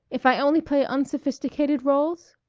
if i only play unsophisticated roles?